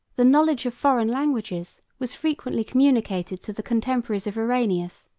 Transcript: the knowledge of foreign languages was frequently communicated to the contemporaries of irenaeus,